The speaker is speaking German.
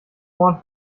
vorn